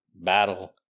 battle